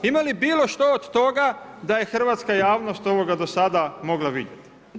Ima li bilo što od toga da je hrvatska javnost do sada mogla vidjet?